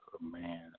man